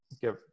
give